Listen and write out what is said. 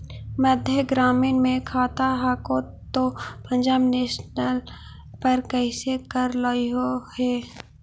मध्य ग्रामीण मे खाता हको तौ पंजाब नेशनल पर कैसे करैलहो हे?